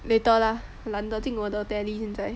later lah 懒得进我的 Tele 现在